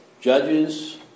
Judges